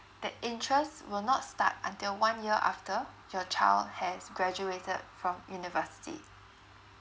the interest will not start until one year after your child has graduated from university